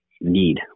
need